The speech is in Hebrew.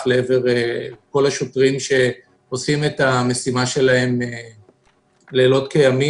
אל עבר כל השוטרים שעושים את המשימה שלהם לילות כימים